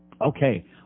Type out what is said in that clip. Okay